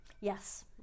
Yes